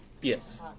Yes